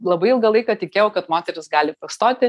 labai ilgą laiką tikėjau kad moteris gali pastoti